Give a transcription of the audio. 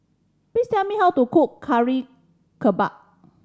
please tell me how to cook kari kebal